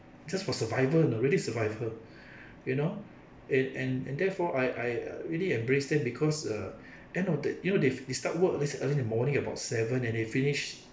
just for survival you know really survival you know it and and therefore I I really embrace them because uh end of the you know they start work at least early in the morning about seven and they finish